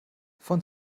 von